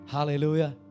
Hallelujah